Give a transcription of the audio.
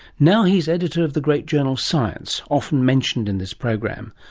now he's editor of the great journal science, often mentioned in this program.